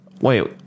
Wait